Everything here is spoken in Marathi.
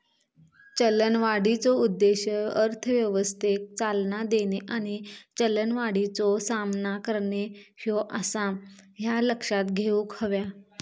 चलनवाढीचो उद्देश अर्थव्यवस्थेक चालना देणे आणि चलनवाढीचो सामना करणे ह्यो आसा, ह्या लक्षात घेऊक हव्या